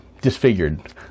disfigured